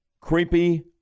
Creepy